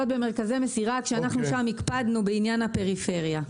במרכזי מסירה שם הקפדנו בעניין הפריפריה.